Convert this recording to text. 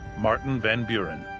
martin van buren.